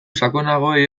sakonagoei